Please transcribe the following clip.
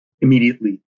immediately